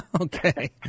Okay